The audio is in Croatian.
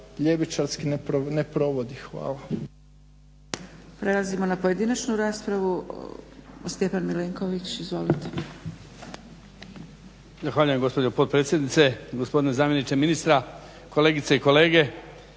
ljevičarski ne provodi. Hvala.